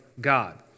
God